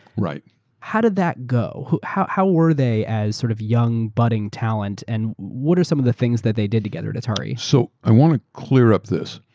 how did that go? how how were they as sort of young budding talent? and what are some of the things that they did together at atari? so i want to clear up this,